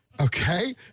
Okay